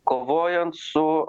kovojant su